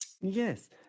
Yes